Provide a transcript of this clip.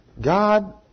God